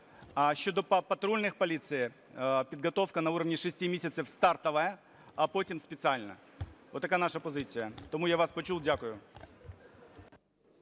А щодо патрульної поліції – підготовка на рівні 6 місяців стартова, а потім спеціальна. Отака наша позиція. Тому я вас почув. Дякую.